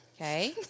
Okay